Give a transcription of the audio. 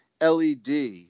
LED